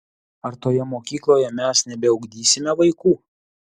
ar toje mokykloje mes nebeugdysime vaikų